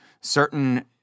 certain